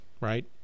right